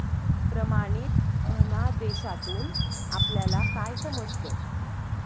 प्रमाणित धनादेशातून आपल्याला काय समजतं?